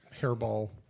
hairball